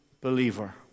believer